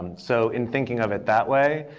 um so in thinking of it that way,